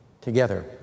together